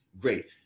Great